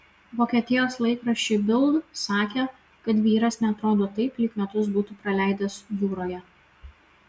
vokietijos laikraščiui bild sakė kad vyras neatrodo taip lyg metus būtų praleidęs jūroje